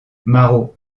marot